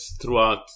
throughout